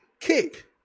kick